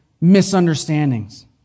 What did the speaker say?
misunderstandings